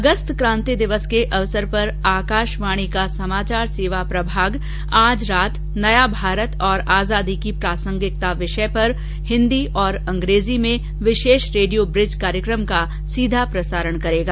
अगस्त कान्ति दिवस के अवसर पर आकाशवाणी का समाचार सेवा प्रभाग आज रात नया भारत और आजादी की प्रासंगिकता विषय पर हिन्दी और अंग्रेजी में विशेष रेडियो ब्रिज कार्यक्रम का सीधा प्रसारण करेगा